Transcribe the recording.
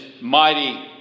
mighty